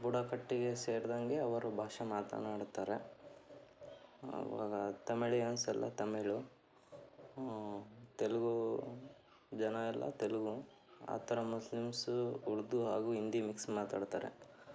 ಬುಡಕಟ್ಟಿಗೆ ಸೇರ್ದಂಗೆ ಅವರು ಭಾಷೆ ಮಾತನಾಡುತ್ತಾರೆ ಅವಾಗ ತಮಿಳಿಯನ್ಸೆಲ್ಲ ತಮಿಳು ತೆಲುಗು ಜನ ಎಲ್ಲ ತೆಲುಗು ಆ ಥರ ಮುಸ್ಲಿಮ್ಸು ಉರ್ದು ಹಾಗೂ ಹಿಂದಿ ಮಿಕ್ಸ್ ಮಾತಾಡ್ತಾರೆ